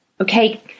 Okay